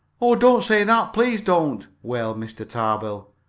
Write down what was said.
oh, don't say that, please don't! wailed mr. tarbill.